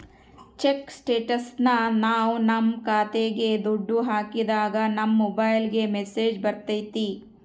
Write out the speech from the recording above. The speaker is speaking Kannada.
ಚೆಕ್ ಸ್ಟೇಟಸ್ನ ನಾವ್ ನಮ್ ಖಾತೆಗೆ ದುಡ್ಡು ಹಾಕಿದಾಗ ನಮ್ ಮೊಬೈಲ್ಗೆ ಮೆಸ್ಸೇಜ್ ಬರ್ತೈತಿ